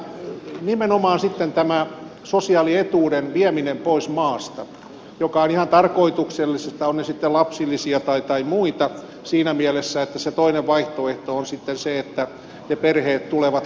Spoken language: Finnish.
mutta nimenomaan tämä sosiaalietuuksien vieminen pois maasta on ihan tarkoituksellista ovat ne sitten lapsilisiä tai muita siinä mielessä että se toinen vaihtoehto on sitten se että ne perheet tulevat tänne